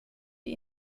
die